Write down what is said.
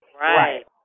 Right